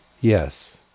Yes